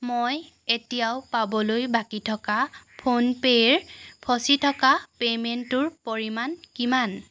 মই এতিয়াও পাবলৈ বাকী থকা ফোনপে'ৰ ফঁচি থকা পে'মেণ্টটোৰ পৰিমাণ কিমান